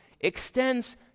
extends